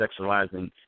sexualizing